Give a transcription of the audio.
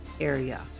area